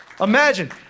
Imagine